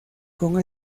con